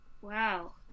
Wow